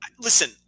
Listen